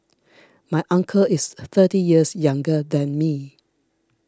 my uncle is thirty years younger than me